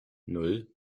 nan